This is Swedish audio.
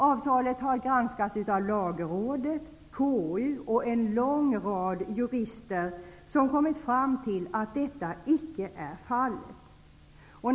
Avtalet har granskats av lagrådet, KU och en lång rad jurister, som kommit fram till att detta inte är fallet.